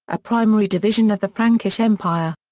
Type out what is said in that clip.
a primary division of the frankish empire.